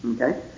Okay